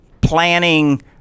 planning